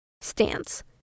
stance